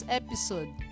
episode